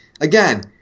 Again